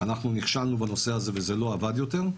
אנחנו נכשלנו בנושא הזה וזה לא עבד יותר,